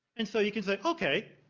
and so you can say, okay,